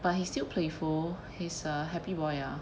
but he still playful he's a happy boy ah